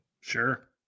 sure